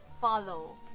follow